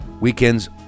Weekends